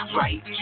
right